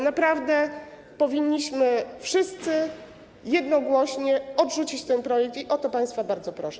Naprawdę powinniśmy wszyscy jednogłośnie odrzucić ten projekt i o to państwa bardzo proszę.